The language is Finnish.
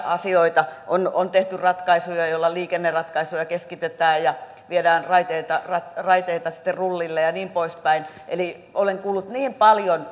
asioita on on tehty ratkaisuja joilla liikenneratkaisuja keskitetään ja viedään raiteilta raiteilta rullille ja niin poispäin olen kuullut niin paljon